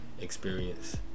experience